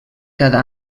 cada